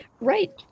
right